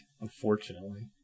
Unfortunately